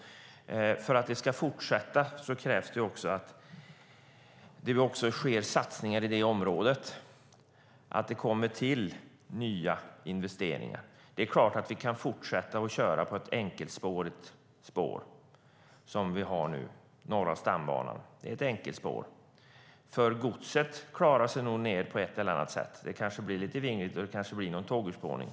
För att detta ska fortsätta krävs det att det också sker satsningar i området, att det kommer till nya investeringar. Det är klart att vi kan fortsätta att köra på en enkelspårig järnväg, som vi har nu, Norra stambanan, för godset klarar sig nog ned på ett eller annat sätt. Det kanske blir lite vingligt och någon tågurspårning.